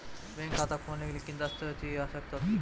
Bank खाता खोलने के लिए किन दस्तावेज़ों की आवश्यकता होती है?